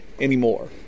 anymore